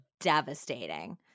devastating